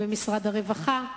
ובמשרד הרווחה.